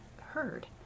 heard